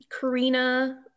Karina